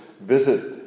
visit